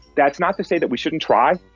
that's not to say that we shouldn't try,